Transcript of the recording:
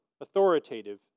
authoritative